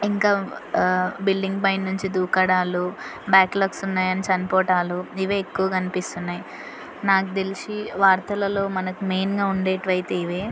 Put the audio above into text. ఇంకా బిల్డింగ్ పైనుంచి దూకడాలు బ్యాక్లాగ్స్ ఉన్నాయని చనిపోవటాలు ఇవే ఎక్కువ కనిపిస్తున్నాయి నాకు తెలిసి వార్తలలో మనకు మెయిన్గా ఉండేటివైతే ఇవే